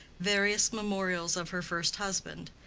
various memorials of her first husband,